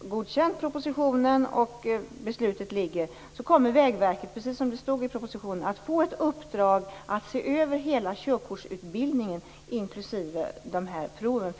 godkänt propositionen och beslutet är fattat kommer Vägverket, precis som det står i propositionen, att få ett uppdrag att se över hela körkortsutbildningen, inklusive dessa prov.